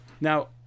now